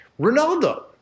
Ronaldo